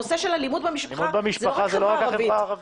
הנושא של אלימות במשפחה זה לא רק החברה הערבית.